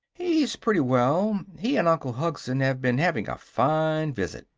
he's pretty well. he and uncle hugson have been having a fine visit.